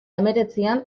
hemeretzian